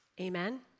Amen